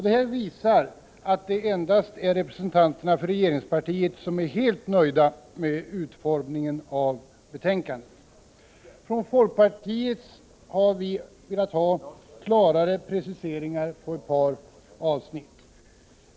Detta visar att det endast är representanterna för regeringspartiet som är helt nöjda med utformandet av betänkandet. Från folkpartiet har vi velat ha klarare preciseringar av ett par avsnitt.